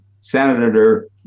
senator